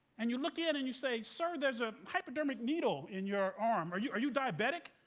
and you look in, and you say, sir, there's a hypodermic needle in your arm, are you are you diabetic?